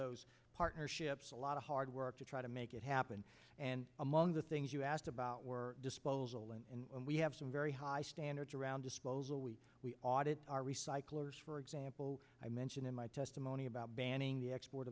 those partnerships a lot of hard work to try to make it happen and among the things you asked about were disposal and we have some very high standards around disposal we we audit are recyclers for example i mentioned in my testimony about banning the ex